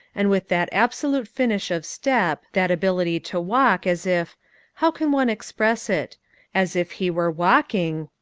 and with that absolute finish of step, that ability to walk as if how can one express it as if he were walking,